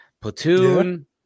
Platoon